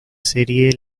serie